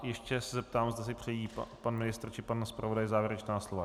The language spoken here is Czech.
Ještě se zeptám, zda si přejí pan ministr či pan zpravodaj závěrečná slova.